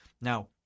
Now